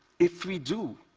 if we do,